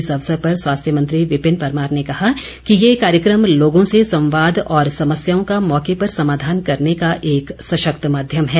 इस अवसर पर स्वास्थ्य मंत्री विपिन परमार ने कहा कि ये कार्यक्रम लोगों से संवाद और समस्याओं का मौके पर समाधान करने का एक सशक्त माध्यम है